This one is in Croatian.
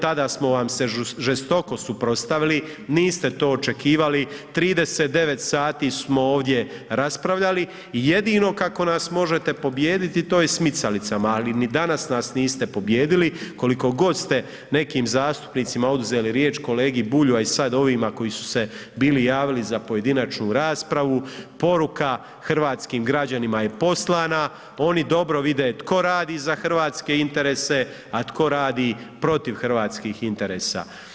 Tada smo vam se žestoko suprotstavili, niste to očekivali, 39 sati smo ovdje raspravljali, jedino kako nas možete pobijediti, to je smicalicama, ali ni danas nas niste pobijedili, koliko god ste nekim zastupnicima oduzeli riječ, kolegi Bulju, a i sad ovima koji su se bili javili za pojedinačnu raspravu, poruka hrvatskim građanima je poslana, oni dobro vide tko radi za hrvatske interese, a tko radi protiv hrvatskih interesa.